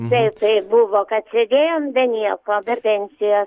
taip taip buvo kad sėdėjom be nieko be pensijos